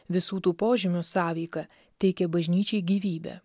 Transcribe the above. visų tų požymių sąveika teikia bažnyčiai gyvybę